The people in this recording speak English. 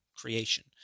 creation